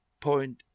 point